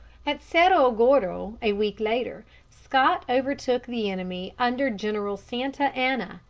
at cerro gordo, a week later, scott overtook the enemy under general santa anna,